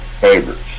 favorites